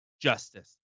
justice